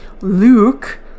Luke